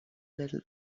little